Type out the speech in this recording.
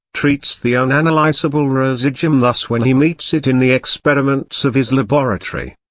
treats the unanalysable residuum thus when he meets it in the experiments of his laboratory.